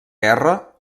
guerra